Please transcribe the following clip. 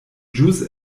ĵus